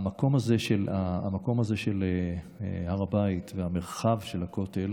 המקום הזה של הר הבית והמרחב של הכותל